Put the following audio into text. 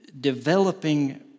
developing